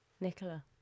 Nicola